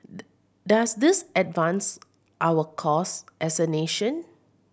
does this advance our cause as a nation